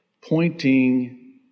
pointing